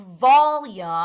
volume